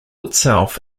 itself